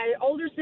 older